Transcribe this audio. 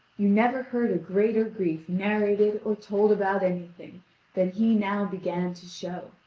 you never heard greater grief narrated or told about anything than he now began to show.